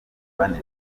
bane